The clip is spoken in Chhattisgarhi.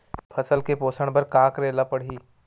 फसल के पोषण बर का करेला पढ़ही?